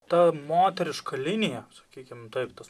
ta moteriška linija sakykim taip tas